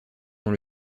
dans